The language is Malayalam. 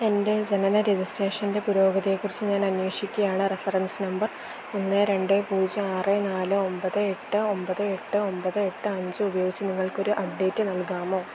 എൻ്റെ ജനന രജിസ്ട്രേഷൻ്റെ പുരോഗതിയെക്കുറിച്ച് ഞാനന്വേഷിക്കുകയാണ് റഫറൻസ് നമ്പർ ഒന്ന് രണ്ട് പൂജ്യം ആറ് നാല് ഒമ്പത് എട്ട് ഒമ്പത് എട്ട് ഒമ്പത് എട്ട് അഞ്ച് ഉപയോഗിച്ച് നിങ്ങൾക്കൊരു അപ്ഡേറ്റ് നൽകാമോ